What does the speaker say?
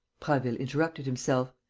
prasville interrupted himself.